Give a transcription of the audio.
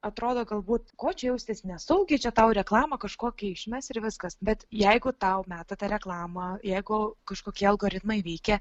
atrodo galbūt ko čia jaustis nesaugiai čia tau reklamą kažkokią išmes ir viskas bet jeigu tau meta tą reklamą jeigu kažkokie algoritmai veikia